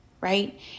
Right